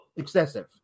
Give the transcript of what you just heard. excessive